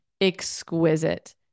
exquisite